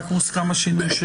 רק מוסכם השינוי.